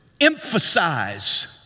emphasize